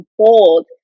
bold